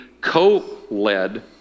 co-led